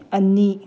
ꯑꯅꯤ